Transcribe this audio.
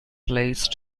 place